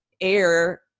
air